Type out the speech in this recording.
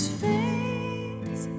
fades